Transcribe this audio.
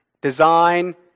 Design